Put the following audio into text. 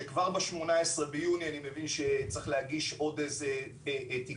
כשכבר ב-18 ביוני צריכים להגיש עוד תיקונים